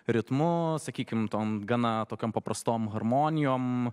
ritmu sakykim tom gana tokiom paprastom harmonijom